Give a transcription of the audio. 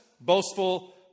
boastful